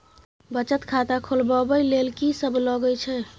बचत खाता खोलवैबे ले ल की सब लगे छै?